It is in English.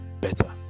better